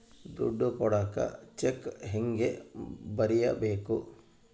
ದುಡ್ಡು ಕೊಡಾಕ ಚೆಕ್ ಹೆಂಗ ಬರೇಬೇಕು?